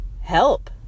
help